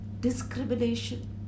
discrimination